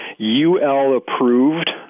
UL-approved